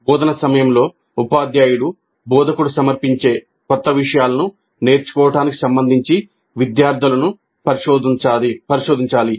బోధన సమయంలో ఉపాధ్యాయుడు బోధకుడు సమర్పించే క్రొత్త విషయాలను నేర్చుకోవటానికి సంబంధించి విద్యార్థులను పరిశోధించాలి